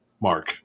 Mark